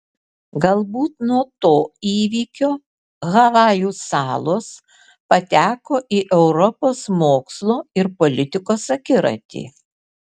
galbūt nuo to įvykio havajų salos pateko į europos mokslo ir politikos akiratį